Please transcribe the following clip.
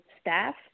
staff